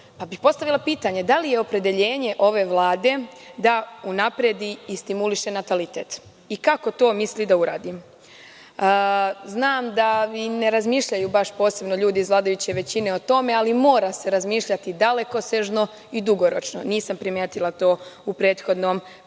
problema. Postavila bih pitanje da li je opredeljenje ove Vlade unapredi i stimuliše natalitet i kako to misli da uradi? Znam da ne razmišljaju posebno ljudi iz vladajuće većine o tome ali mora se razmišljati dalekosežno i dugoročno. Nisam primetila to u prethodnom periodu.